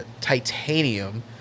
titanium